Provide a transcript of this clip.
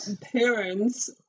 parents